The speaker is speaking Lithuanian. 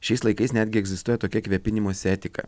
šiais laikais netgi egzistuoja tokia kvėpinimosi etika